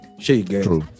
True